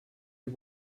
you